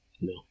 No